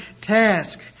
task